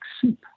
soup